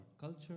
culture